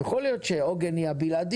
יכול להיות שעוגן היא הבלעדית,